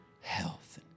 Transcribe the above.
health